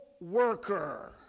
worker